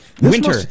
winter